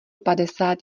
padesát